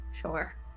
Sure